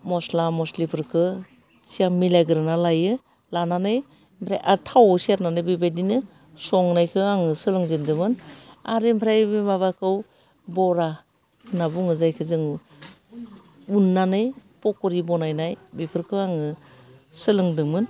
मस्ला मस्लिफोरखौ सिगां मिलायग्रोना लायो लानानै ओमफ्राय आरो थावआव सेरनानै बेबायदिनो संनायखौ आङो सोलोंजेनदोंमोन आरो ओमफ्राय माबाखौ बरा होनना बुङो जायखौ जों उननानै पकरि बनायनाय बेफोरखौ आङो सोलोंदोंमोन